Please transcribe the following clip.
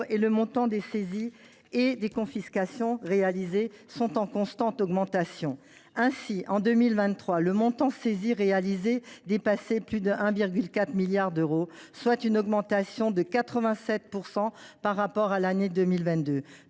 et le montant des saisies et des confiscations réalisées sont en constante augmentation. Ainsi, en 2023, le montant des saisies réalisées dépassait les 1,4 milliard d’euros, soit une augmentation de 87 % par rapport à l’année 2022,